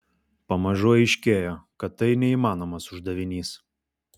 pamažu aiškėjo kad tai neįmanomas uždavinys